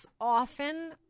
often